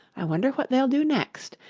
i wonder what they'll do next!